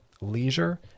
leisure